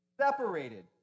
separated